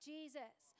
Jesus